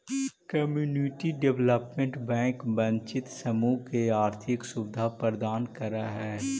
community development bank वंचित समूह के आर्थिक सुविधा प्रदान करऽ हइ